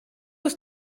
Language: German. ist